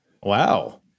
Wow